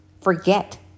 forget